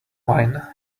wine